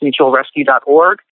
mutualrescue.org